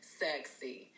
sexy